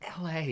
LA